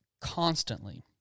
constantly